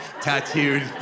tattooed